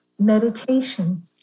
meditation